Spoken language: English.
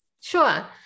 sure